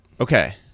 okay